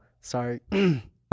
sorry